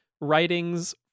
writings